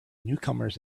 newcomers